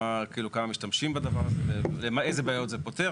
כמה משתמשים בדבר הזה ואיזה בעיות זה פותר,